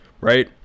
right